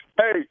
Hey